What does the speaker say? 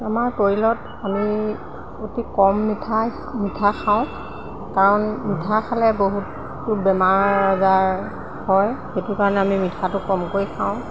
আমাৰ পৰিয়ালত আমি অতি কম মিঠাই মিঠা খাওঁ কাৰণ মিঠা খালে বহুতো বেমাৰ আজাৰ হয় সেইটো কাৰণে আমি মিঠাটো কমকৈ খাওঁ